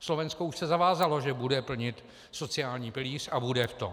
Slovensko už se zavázalo, že bude plnit sociální pilíř a bude v tom.